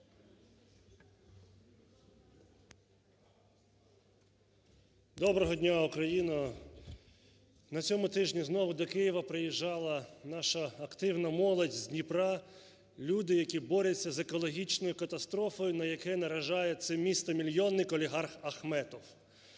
Доброго дня, Україно. На цьому тижні знову до Києва приїжджала наша активна молодь з Дніпра, люди, які борються з екологічною катастрофою, на яке наражає це місто-мільйонник олігарх Ахметов,